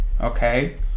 okay